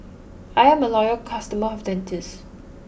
I'm a loyal customer of Dentiste